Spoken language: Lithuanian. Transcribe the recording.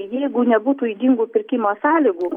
jeigu nebūtų ydingų pirkimo sąlygų